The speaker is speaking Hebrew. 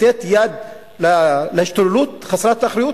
לתת יד להשתוללות חסרת האחריות?